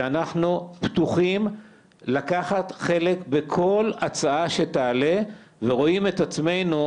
שאנחנו פתוחים לקחת חלק בכל הצעה שתעלה ורואים את עצמנו,